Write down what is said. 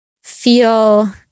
feel